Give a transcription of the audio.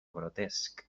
grotesc